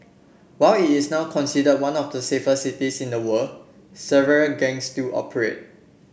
while it is now considered one of the safest cities in the world several gangs still operate